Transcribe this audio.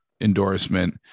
endorsement